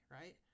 right